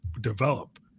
develop